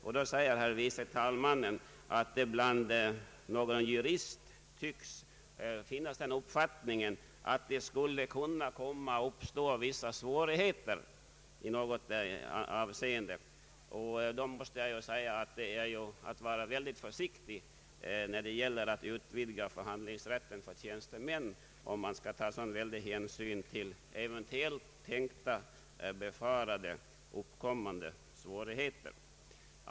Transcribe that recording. På det svarade herr förste vice talmannen att det i vissa juristkretsar tycks finnas den uppfattningen att det därigenom skulle uppstå svårigheter i något avseende. Det är att vara mycket försiktig när det gäller att utvidga förhandlingsrätten för tjänstemän om man skall ta så stor hänsyn även till eventuellt tänkta, befarade och kommande svårigheter.